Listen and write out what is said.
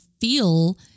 feel